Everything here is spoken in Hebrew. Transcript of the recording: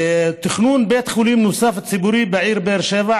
תכנון בית חולים ציבורי נוסף בעיר באר שבע,